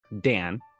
Dan